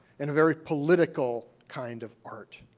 and a very political kind of art.